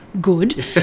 good